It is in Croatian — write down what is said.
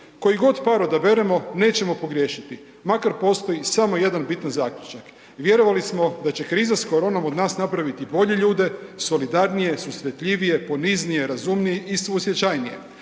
koji god par odaberemo nećemo pogriješiti makar postoji samo jedan bitan zaključak. Vjerovali smo da će kriza s koronom od nas napraviti bolje ljude, solidarnije, susretljivije, poniznije, razumnije i suosjećajnije.